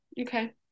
Okay